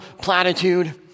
platitude